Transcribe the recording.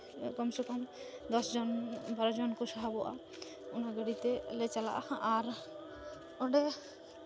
ᱠᱚᱢᱥᱮ ᱠᱚᱢ ᱫᱚᱥ ᱡᱚᱱ ᱵᱟᱨᱚ ᱠᱚ ᱥᱟᱦᱚᱵᱚᱜᱼᱟ ᱚᱱᱟ ᱜᱟᱹᱰᱤ ᱛᱮᱞᱮ ᱪᱟᱞᱟᱜᱼᱟ ᱟᱨ ᱚᱸᱰᱮ